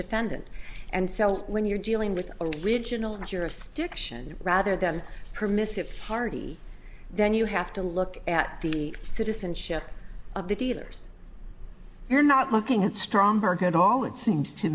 defendant and so when you're dealing with original jurisdiction rather than a permissive party then you have to look at the citizenship of the dealers you're not looking at strong burger at all it seems to